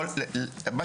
קודם כל, לגבי הנושא